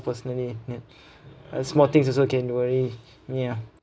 personally uh small things also can worry ya